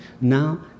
Now